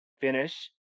finish